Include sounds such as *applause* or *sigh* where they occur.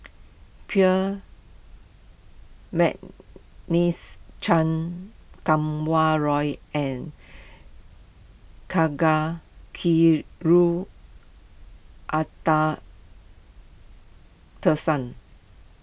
peer McNeice Chan Kum Wah Roy and *unintelligible*